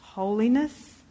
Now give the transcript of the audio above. Holiness